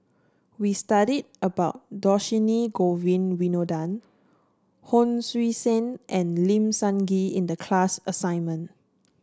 we studied about Dhershini Govin Winodan Hon Sui Sen and Lim Sun Gee in the class assignment